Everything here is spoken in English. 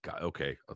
Okay